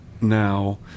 now